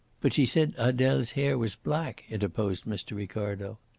but she said adele's hair was black, interposed mr. ricardo.